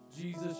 Jesus